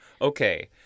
okay